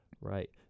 Right